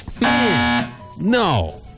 No